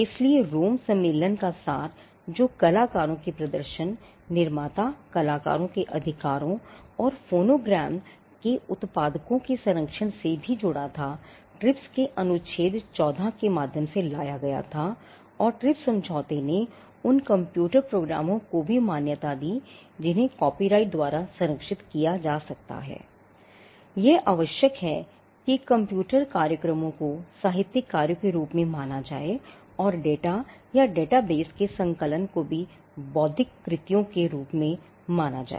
इसलिए रोम सम्मेलन का सार जो कलाकारों के प्रदर्शन निर्माता कलाकारों के अधिकारों और फ़ोनोग्राम के संकलन को भी बौद्धिक कृतियों के रूप में माना जाए